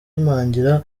ubuhahirane